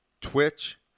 Twitch